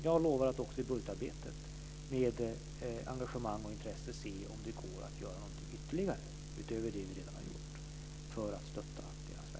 Jag lovar att i budgetarbetet med engagemang och intresse se om det går att göra någonting ytterligare utöver det vi redan har gjort för att stötta deras verksamhet.